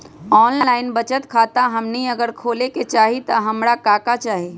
Online बचत खाता हमनी अगर खोले के चाहि त हमरा का का चाहि?